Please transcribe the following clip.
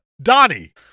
Donnie